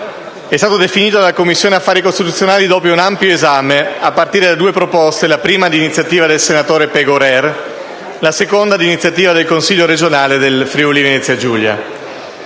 è stato definito dalla Commissione affari costituzionali dopo un ampio esame, a partire da due proposte, la prima di iniziativa del senatore Pegorer, la seconda di iniziativa del Consiglio regionale del Friuli-Venezia Giulia.